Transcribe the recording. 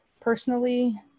personally